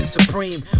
supreme